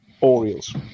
Orioles